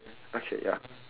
okay ya